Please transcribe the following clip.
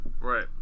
Right